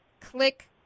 Click